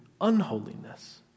unholiness